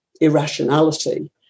irrationality